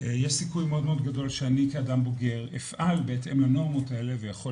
יש סיכוי מאוד גדול שאני כאדם בוגר אפעל בהתאם לנורמות האלה ויכול